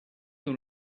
dans